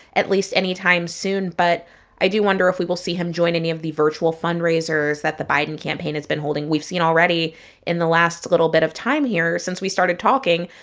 at least anytime soon. but i do wonder if we will see him join any of the virtual fundraisers that the biden campaign has been holding. we've seen already in the last little bit of time here since we started talking,